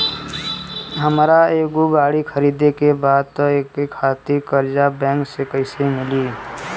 हमरा एगो गाड़ी खरीदे के बा त एकरा खातिर कर्जा बैंक से कईसे मिली?